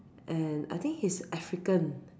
and I think he's African